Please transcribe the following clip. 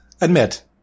admit